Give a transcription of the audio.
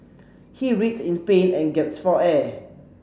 he writhed in pain and gasped for air